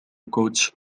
coach